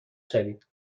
شوید